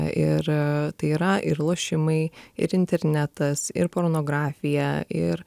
ir tai yra ir lošimai ir internetas ir pornografija ir